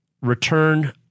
return